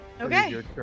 Okay